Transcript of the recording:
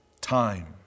time